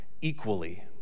equally